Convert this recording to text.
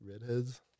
redheads